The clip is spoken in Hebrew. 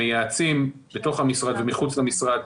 המייעצים, בתוך המשרד ומחוץ למשרד